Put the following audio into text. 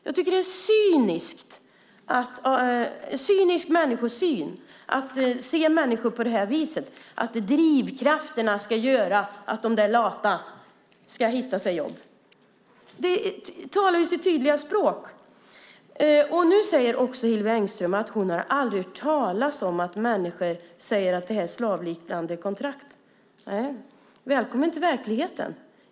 Jag tycker att det är cyniskt att se människor på det här viset, att drivkrafterna ska göra att de där lata ska hitta sig jobb. Det talar ju sitt tydliga språk. Nu säger Hillevi Engström att hon aldrig har hört talas om att människor säger att de arbetar under slavliknande kontrakt, nej. Välkommen till verkligheten!